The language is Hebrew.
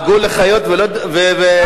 לא, להיפך, דאגו לחיות ושחטו בני-אדם.